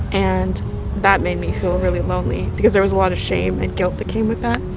and that made me feel really lonely because there was a lot of shame and guilt that came with that.